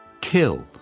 Kill